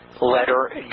letter